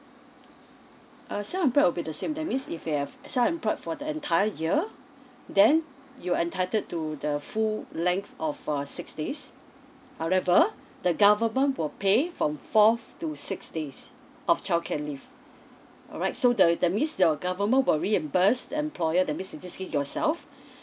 uh self employed will be the same that means if you have self employed for the entire year then you are entitled to the full length of uh six days however the government will pay from fourth to sixth days of childcare leave alright so the that means your government will reimburse the employer that means in this case yourself